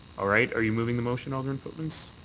all right. are you moving the motion, alderman.